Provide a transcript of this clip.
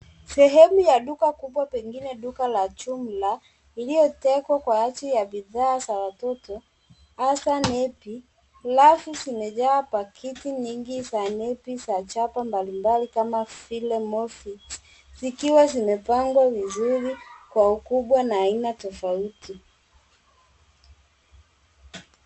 Sehemu ya duka kubwa pengine duka la jumla iliyotengwa kwa ajili ya bidhaa za watoto hasa nepi. Rafu zimejaa pakiti nyingi za nepi za chapa mbalimbali kama vile Molflix zikiwa zimepangwa vizuri kwa ukubwa na aina tofauti.